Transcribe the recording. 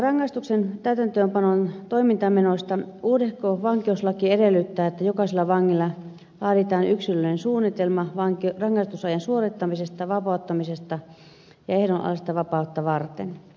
rangaistuksen täytäntöönpanon toimintamenoista uudehko vankeuslaki edellyttää että jokaiselle vangille laaditaan yksilöllinen suunnitelma rangaistusajan suorittamista vapauttamista ja ehdonalaista vapautta varten